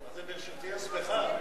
זה ברשותי, השמחה.